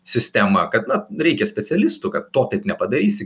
sistemą kad na reikia specialistų kad to taip nepadarysi